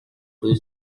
blue